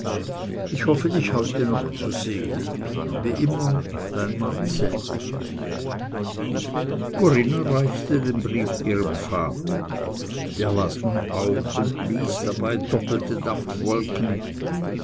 ich hoffe dich heute noch zu sehen wie immer dein marcell corinna reichte den brief ihrem vater der las nun auch und blies dabei doppelte